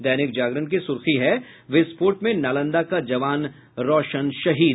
दैनिक जागरण की सुर्खी है विस्फोट में नालंदा का जवान रौशन शहीद